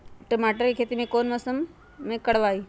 टमाटर की खेती कौन मौसम में करवाई?